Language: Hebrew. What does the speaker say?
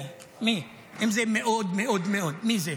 אם זה מאוד מאוד מאוד, מי זה?